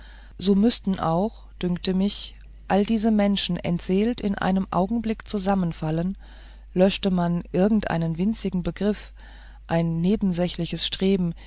so müßten auch dünkt mich alle diese menschen entseelt in einem augenblick zusammenfallen löschte man irgendeinen winzigen begriff ein nebensächliches streben